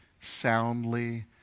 soundly